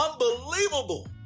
Unbelievable